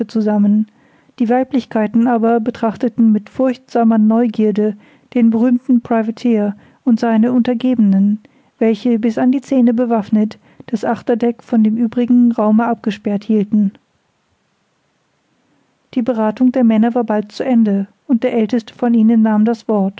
zusammen die weiblichkeiten aber betrachteten mit furchtsamer neugierde den berühmten privateer und seine untergebenen welche bis an die zähne bewaffnet das achterdeck von dem übrigen raume abgesperrt hielten die berathung der männer war bald zu ende und der aelteste von ihnen nahm das wort